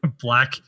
black